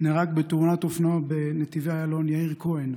נהרג בתאונת אופנוע בנתיבי איילון יאיר כהן,